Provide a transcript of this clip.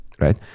Right